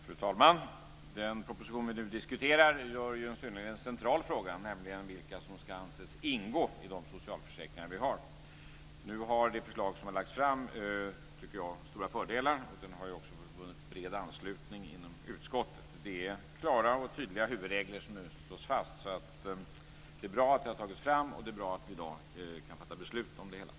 Fru talman! Den proposition vi nu diskuterar berör en synnerligen central fråga, nämligen vilka som ska anses ingå i de socialförsäkringar vi har. Jag tycker att det förslag som har lagts fram har stora fördelar. Det har ju också vunnit bred anslutning inom utskottet. Det är klara och tydliga huvudregler som nu slås fast. Det är bra att det har tagits fram, och det är bra att vi i dag kan fatta beslut om det hela.